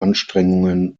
anstrengungen